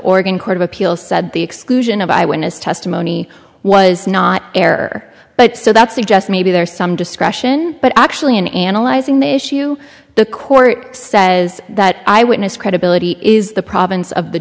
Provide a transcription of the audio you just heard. organ court of appeals said the exclusion of eyewitness testimony was not error but so that suggests maybe there are some discretion but actually in analyzing the issue the court says that eyewitness credibility is the province of the